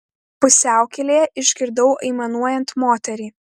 pusiaukelėje išgirdau aimanuojant moterį